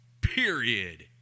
period